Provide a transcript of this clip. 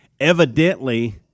evidently